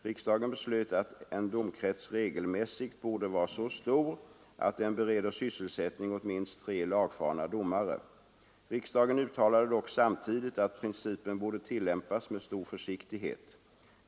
Riksdagen beslöt att en domkrets regelmässigt borde vara så stor att den bereder sysselsättning åt minst tre lagfarna domare. Riksdagen uttalade dock samtidigt att principen borde tillämpas med stor försiktighet.